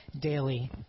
daily